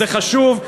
זה חשוב,